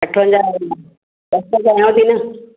अठवंजाहु ॿ सौ कयांव थी न